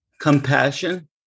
compassion